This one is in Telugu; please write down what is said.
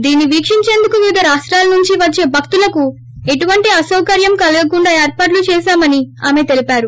దీనిని వీక్షించేందుకు వివిధ రాష్టాల నుంచి వచ్చేభక్తులకు ఎటువంటి అసౌకర్యం కలగకుండా ఏర్పాట్లు చేశామని ఆమె తెలిపారు